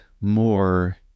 more